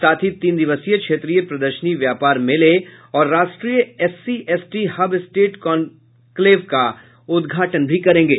साथ तीन दिवसीय क्षेत्रीय प्रदर्शनी व्यापार मेले और राष्ट्रीय SC ST hub state conclave का उद्घाटन भी करेंगे